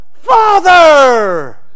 Father